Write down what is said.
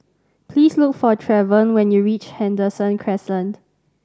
please look for Trevon when you reach Henderson Crescent